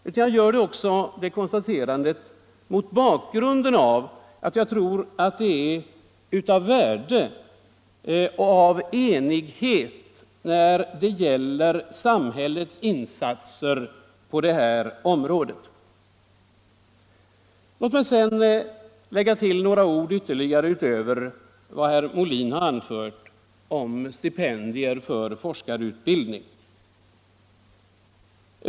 Det är också viktigt — enligt min mening — att uppnå enighet när det gäller samhällets insatser på detta område. Låt mig sedan säga ytterligare några ord utöver vad herr Molin anförde om stipendier för forskarutbildning.